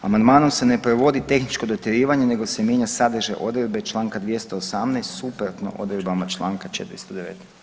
Amandmanom se ne provodi tehničko dotjerivanje nego se mijenja sadržaj odredbe čl. 218. suprotno odredbama čl. 419.